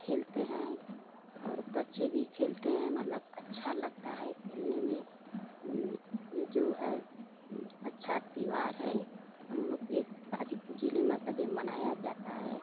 खेलते हैं और बच्चे भी खेलते हैं मतलब अच्छा लगता है खेलने में ये जो है अच्छा त्यौहार है हम लोग एक गाज़ीपुर ज़िले में मतलब यह मनाया जाता है